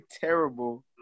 terrible